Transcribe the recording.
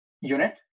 unit